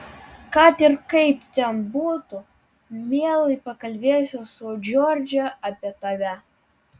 kad ir kaip ten būtų mielai pakalbėsiu su džordže apie tave